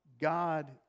God